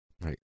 right